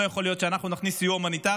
לא יכול להיות שאנחנו נכניס סיוע הומניטרי